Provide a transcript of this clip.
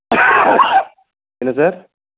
என்ன சார்